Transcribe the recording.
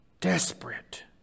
Desperate